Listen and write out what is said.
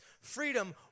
freedom